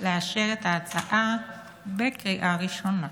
לאשר את ההצעה בקריאה ראשונה.